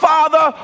Father